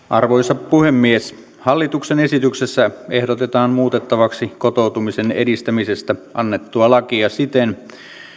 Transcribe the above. arvoisa puhemies hallituksen esityksessä ehdotetaan muutettavaksi kotoutumisen edistämisestä annettua lakia siten